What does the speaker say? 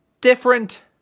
different